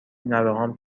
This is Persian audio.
نوهام